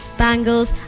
bangles